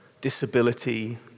disability